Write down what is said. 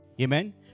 Amen